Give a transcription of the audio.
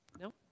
No